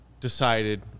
decided